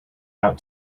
out